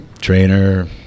trainer